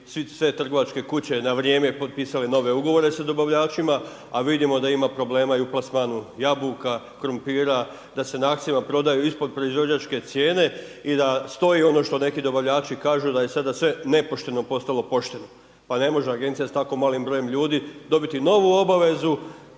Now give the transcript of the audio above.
sve trgovačke kuće na vrijeme potpisale nove ugovore s dobavljačima, a vidimo da ima problema i u plasmanu jabuka, krumpira, da se na akcijama prodaju ispod proizvođačkih cijena, i da stoji ono što neki dobavljači kažu da je sada sve nepošteno postalo pošteno. Pa ne može Agencija s tako malim brojem ljudi dobiti novu obavezu,